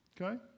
Okay